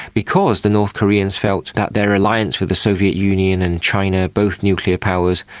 because the north koreans felt that their alliance with the soviet union and china, both nuclear powers,